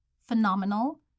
phenomenal